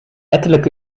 ettelijke